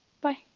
bye